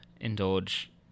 Indulge